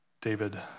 David